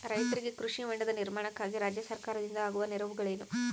ರೈತರಿಗೆ ಕೃಷಿ ಹೊಂಡದ ನಿರ್ಮಾಣಕ್ಕಾಗಿ ರಾಜ್ಯ ಸರ್ಕಾರದಿಂದ ಆಗುವ ನೆರವುಗಳೇನು?